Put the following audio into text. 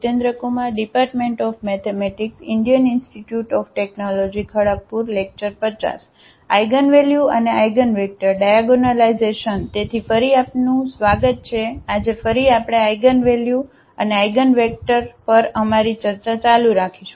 તેથી ફરી આપનું ફરી આપનું સ્વાગત છે અને આજે ફરી આપણે આ આઇગનવેલ્યુ અને આઇગનવેક્ટરઆઇગનવેક્ટર પર અમારી ચર્ચા ચાલુ રાખીશું